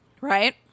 Right